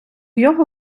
його